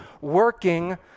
working